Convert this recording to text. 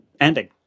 ending